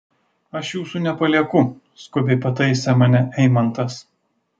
aš jūsų nepalieku skubiai pataisė mane eimantas